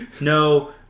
No